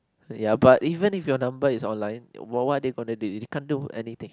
ya but even if your number is online what what are they gonna do they they can't do anything